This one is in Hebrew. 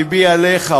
לבי עליך,